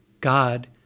God